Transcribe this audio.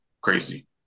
crazy